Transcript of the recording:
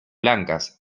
blancas